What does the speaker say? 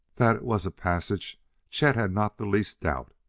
that it was a passage chet had not the least doubt.